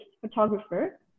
photographer